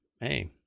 Hey